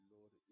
Lord